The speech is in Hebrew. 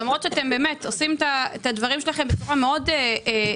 למרות שאתם עושים את הדברים שלכם בצורה מאוד אמביוולנטית,